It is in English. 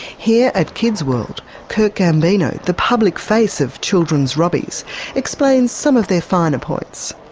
here at kids world kirk ambeno, the public face of children's robbies explains some of their finer points.